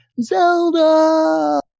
Zelda